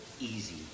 easy